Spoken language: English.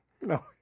No